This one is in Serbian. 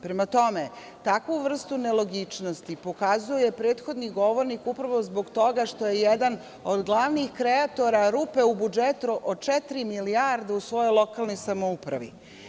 Prema tome, takvu vrstu nelogičnosti pokazuje prethodni govornik upravo zbog toga što je jedan od glavnih kreatora rupe u budžetu od četiri milijarde u svojoj lokalnoj samoupravi.